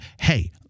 hey